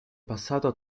passato